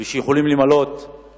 שיכולים למלא את